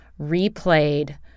replayed